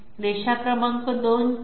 रेषा क्रमांक 2 G01 X12